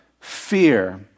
fear